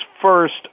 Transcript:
first